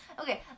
Okay